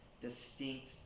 distinct